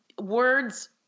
words